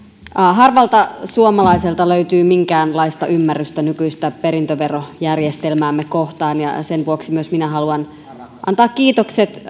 harvalta suomalaiselta löytyy minkäänlaista ymmärrystä nykyistä perintöverojärjestelmäämme kohtaan sen vuoksi minä haluan antaa kiitokset